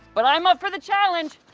but i'm up for the challenge.